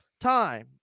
time